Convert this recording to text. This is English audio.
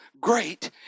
great